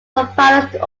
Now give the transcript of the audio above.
providers